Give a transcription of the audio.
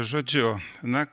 žodžiu na